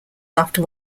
after